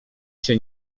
się